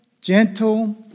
gentle